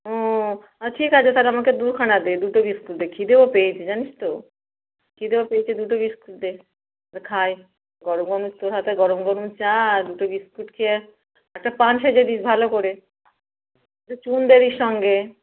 ও ঠিক আছে তাহলে আমাকে দু খানা দে দুটো বিস্কুট দে খিদেও পেয়েছে জানিস তো খিদেও পেয়েছে দুটো বিস্কুট দে খাই গরম গরম তোর হাতে গরম গরম চা আর দুটো বিস্কুট খেয়ে একটা পান সেজে দিস ভালো করে একটু চুন দে দিস সঙ্গে